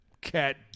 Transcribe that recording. cat